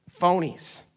phonies